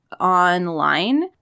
online